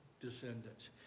descendants